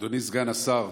אדוני סגן השרה,